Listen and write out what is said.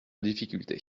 difficulté